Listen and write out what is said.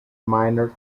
minor